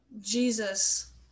Jesus